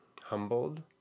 humbled